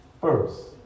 first